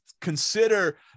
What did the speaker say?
consider